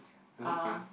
does it fun